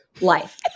life